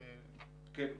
כן.